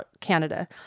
Canada